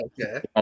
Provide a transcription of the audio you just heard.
okay